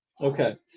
Okay